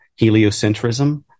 heliocentrism